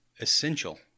essential